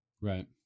Right